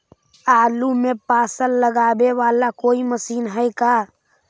आलू मे पासा लगाबे बाला कोइ मशीन है का?